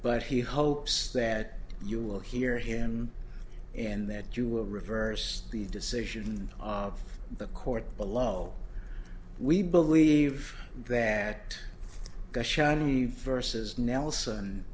but he hopes that you will hear him and that you will reverse the decision of the court below we believe that shiny vs nelson